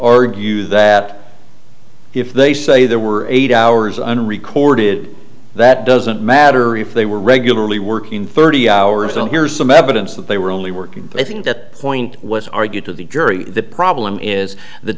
argue that if they say there were eight hours unrecorded that doesn't matter if they were regularly working thirty hours so here's some evidence that they were only working but i think that point was argued to the jury the problem is th